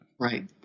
right